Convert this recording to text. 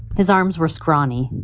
his arms were scrawny,